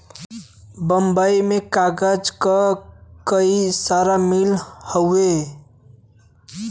बम्बई में कागज क कई सारा मिल हउवे